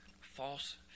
false